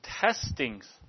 testings